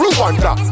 Rwanda